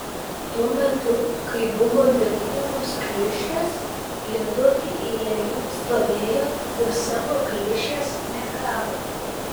tuo metu kai buvo dalijamos klišės lietuviai eilėje nestovėjo ir savo klišės negavo